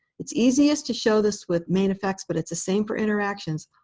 it's easiest to show this with main effects, but it's the same for interactions.